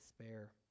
despair